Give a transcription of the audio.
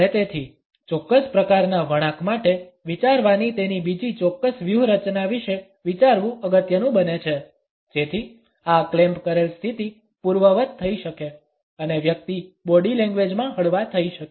અને તેથી ચોક્કસ પ્રકારના વળાંક માટે વિચારવાની તેની બીજી ચોક્કસ વ્યૂહરચના વિશે વિચારવું અગત્યનું બને છે જેથી આ ક્લેમ્પ કરેલ સ્થિતિ પૂર્વવત્ થઈ શકે અને વ્યક્તિ બોડી લેંગ્વેજ માં હળવા થઈ શકે